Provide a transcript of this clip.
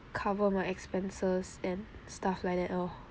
cover my expenses and stuff like that lor